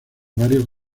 varios